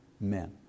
men